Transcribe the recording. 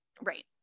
right